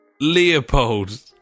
Leopold